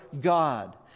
God